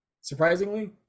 surprisingly